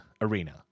Arena